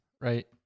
right